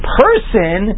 person